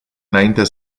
înainte